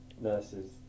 nurses